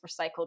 recycled